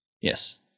yes